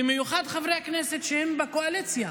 במיוחד חברי הכנסת בקואליציה,